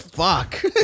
Fuck